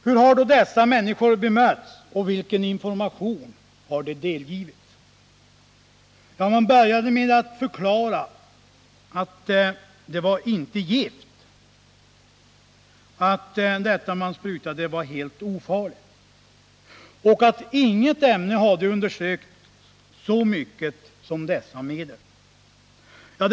Hur har då dessa människor bemötts och vilken information har de fått? Ja, man började med att förklara att det man sprutade inte var gift, att det var helt ofarligt, att inga andra ämnen hade undersökts så mycket som dessa Nr 148 medel.